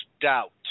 doubt